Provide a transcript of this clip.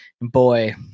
boy